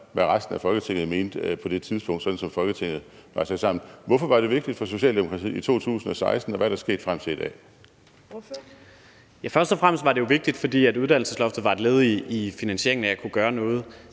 hvad resten af Folketinget mente på det tidspunkt, sådan som Folketinget var sat sammen. Hvorfor var det vigtigt for Socialdemokratiet i 2016, og hvad er der sket frem til i dag? Kl. 11:47 Fjerde næstformand (Trine Torp): Ordføreren. Kl. 11:47 Kasper